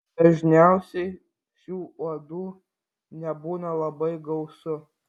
dažniausiai šių uodų nebūna labai gausu